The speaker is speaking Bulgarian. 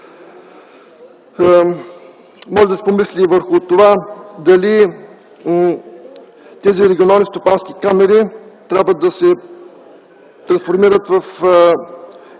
Може да се помисли и върху това дали тези регионални стопански камари трябва да се трансформират в юридически